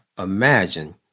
imagine